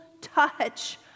touch